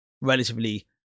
relatively